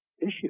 issue